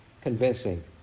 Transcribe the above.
convincing